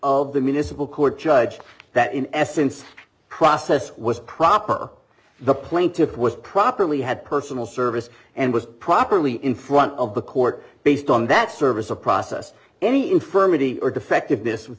of the municipal court judge that in essence the process was proper the plaintiff was properly had personal service and was properly in front of the court based on that service of process any infirmity or defect of this with